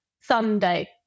sunday